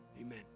Amen